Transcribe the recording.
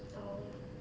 orh